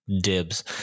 dibs